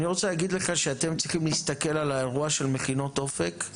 אני רוצה להגיד לך שאתם צריכים להסתכל על האירוע של מכינות אופק,